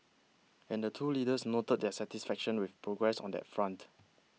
and the two leaders noted their satisfaction with progress on that front